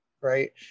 Right